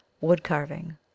Woodcarving